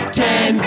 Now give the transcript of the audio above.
ten